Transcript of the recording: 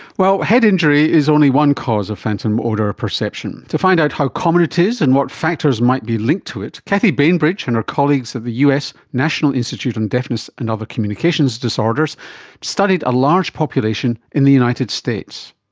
well, head injury is only one cause of phantom odour perception. to find out how common it is and what factors might be linked to it, kathy bainbridge and her colleagues at the us national institute on deafness and other communications disorders studied a large population in the united states.